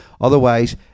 Otherwise